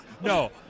No